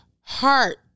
heart